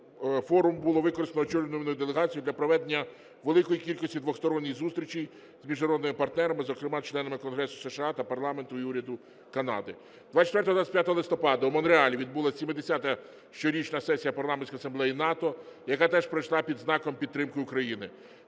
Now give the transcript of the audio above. Форум було використано очолюваною делегацією для проведення великої кількості двосторонніх зустрічей з міжнародними партнерами, зокрема, членами Конгресу США та парламенту і уряду Канади. 24-25 листопада в Монреалі відбулася 70-а Щорічна сесія Парламентської асамблеї НАТО, яка теж пройшла під знаком підтримки України.